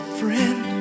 friend